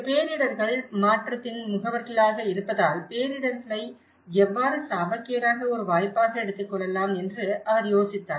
பேரிடர்கள் மாற்றத்தின் முகவர்களாக இருப்பதால் பேரிடர்களை எவ்வாறு சாபக்கேடாக ஒரு வாய்ப்பாக எடுத்துக் கொள்ளலாம் என்று அவர் யோசித்தார்